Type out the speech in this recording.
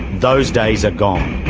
those days are gone.